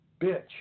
bitch